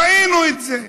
ראינו את זה.